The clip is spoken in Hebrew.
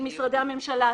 -- של משרדי הממשלה,